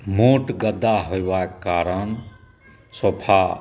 मोट गद्दा होयबाक कारण सोफा